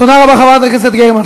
תודה רבה, חברת הכנסת גרמן.